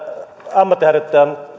ammatinharjoittajan